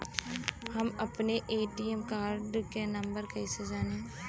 हम अपने ATM card के नंबर कइसे जानी?